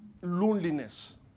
loneliness